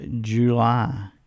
July